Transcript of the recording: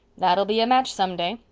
that'll be a match some day,